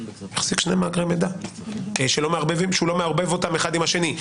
מחזיק שני מאגרי מידע שהוא לא מערבב אותם אחד עם השני.